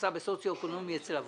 האופוזיציה נמנעת.